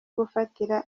gufatira